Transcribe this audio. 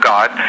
God